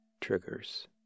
Triggers